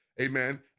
amen